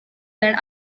and